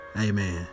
Amen